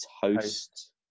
host